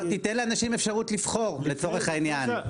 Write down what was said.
תיתן לאנשים לבחור, לצורך העניין.